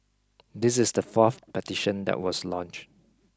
this is the fourth petition that was launch